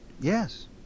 Yes